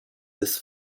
des